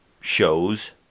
shows